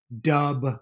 dub